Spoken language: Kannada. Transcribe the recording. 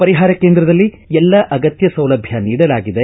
ಪರಿಹಾರ ಕೇಂದ್ರದಲ್ಲಿ ಎಲ್ಲ ಅಗತ್ಯ ಸೌಲಭ್ಯ ನೀಡಲಾಗಿದೆ